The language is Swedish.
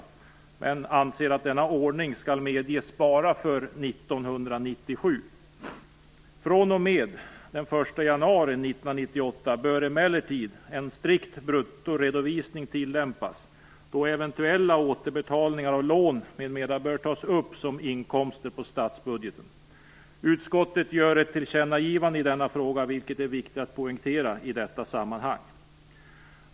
Utskottet anser dock att denna ordning bara skall medges för år 1997. fr.o.m. den 1 januari 1998 bör emellertid en strikt bruttoredovisning tilllämpas, då eventuella återbetalningar av lån m.m. bör tas upp som inkomster på statsbudgeten. Utskottet gör ett tillkännagivande i denna fråga, något som det är viktigt att poängtera i detta sammanhang.